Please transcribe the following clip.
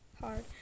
hard